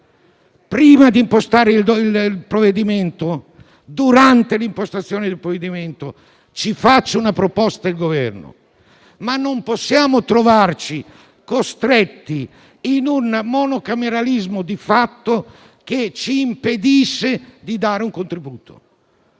Prima di impostare il provvedimento e durante l'impostazione del provvedimento, il Governo ci faccia una proposta; non possiamo trovarci costretti in un monocameralismo di fatto, che ci impedisce di dare un contributo.